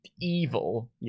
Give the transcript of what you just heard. evil